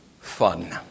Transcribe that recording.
fun